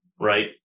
right